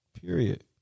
Period